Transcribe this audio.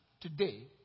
today